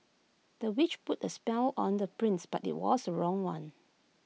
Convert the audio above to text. the witch put A spell on the prince but IT was the wrong one